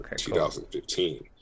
2015